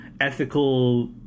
ethical